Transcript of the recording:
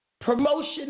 promotion